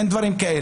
אין דברים כאלה,